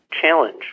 challenge